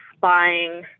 buying